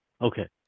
Okay